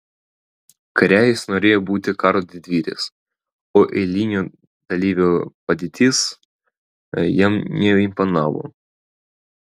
kare jis norėjo būti karo didvyris o eilinio dalyvio padėtis jam neimponavo